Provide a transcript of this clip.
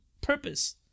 purpose